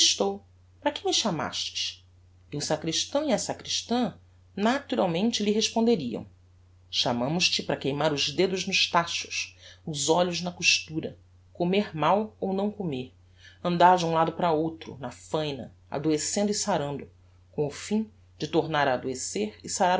estou para que me chamastes e o sacristão e a sacristã naturalmente lhe respondi riam chamamos te para queimar os dedos nos tachos os olhos na costura comer mal ou não comer andar de um lado para outro na faina adoecendo e sarando com o fim de tornar a adoecer e sarar